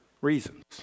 reasons